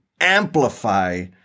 amplify